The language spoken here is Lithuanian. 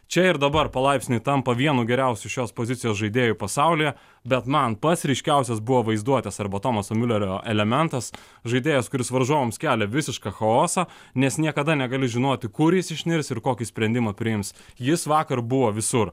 čia ir dabar palaipsniui tampa vienu geriausių šios pozicijos žaidėjų pasaulyje bet man pats ryškiausias buvo vaizduotės arba tomaso miulerio elementas žaidėjas kuris varžovams kelia visišką chaosą nes niekada negali žinoti kur jis išnirs ir kokį sprendimą priims jis vakar buvo visur